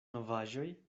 novaĵoj